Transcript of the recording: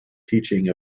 teaching